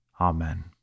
Amen